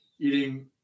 Eating